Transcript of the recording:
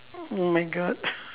oh my god